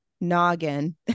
noggin